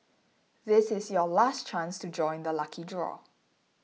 this is your last chance to join the lucky draw